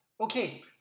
Okay